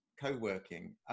co-working